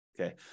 okay